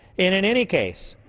in in any case,